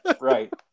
Right